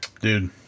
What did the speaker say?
Dude